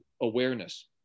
awareness